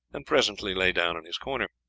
and presently lay down in his corner.